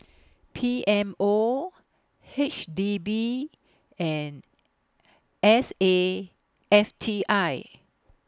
P M O H D B and S A F T I